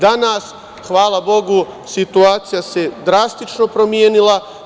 Danas, hvala Bogu, situacija se drastično promenila.